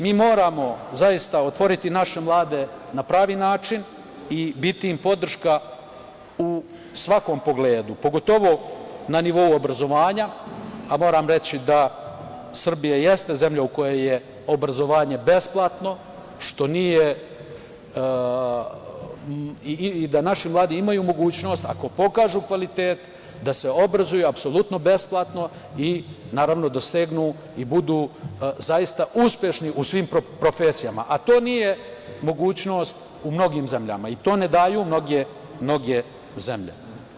Mi moramo zaista otvoriti naše mlade na pravi način i biti im podrška u svakom pogledu, pogotovo na nivou obrazovanja, a moram reći da Srbija jeste zemlja u kojoj je obrazovanje besplatno i da naši mladi imaju mogućnost, ako pokažu kvalitet, da se obrazuju apsolutno besplatno i naravno dosegnu i budu zaista uspešni u svim profesijama, a to nije mogućnost u mnogim zemljama i to ne daju mnoge zemlje.